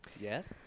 Yes